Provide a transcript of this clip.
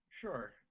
Sure